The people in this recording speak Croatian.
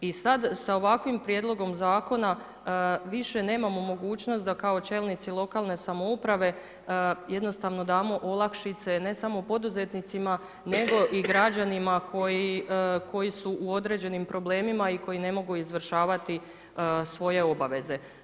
I sada sa ovakvim prijedlogom zakona više nemamo mogućnost da kao čelnici lokalne samouprave jednostavno damo olakšice ne samo poduzetnicima nego i građanima koji su u određenim problemima i koji ne mogu izvršavati svoje obaveze.